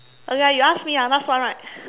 okay ah you ask me ah last one right